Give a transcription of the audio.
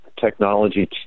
Technology